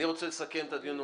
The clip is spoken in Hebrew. אני רוצה לסכם את הדיון.